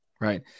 right